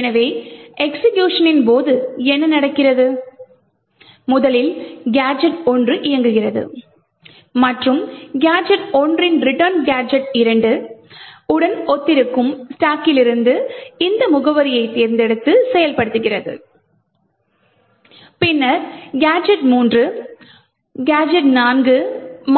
எனவே எக்சிகியூக்ஷனின் போது என்ன நடக்கிறது முதலில் கேஜெட் 1 இயங்குகிறது மற்றும் கேஜெட் 1 இன் return கேஜெட் 2 உடன் ஒத்திருக்கும் ஸ்டாக்கிலிருந்து இந்த முகவரியைத் தேர்ந்தெடுத்து செயல்படுத்துகிறது பின்னர் கேஜெட் 3 கேஜெட் 4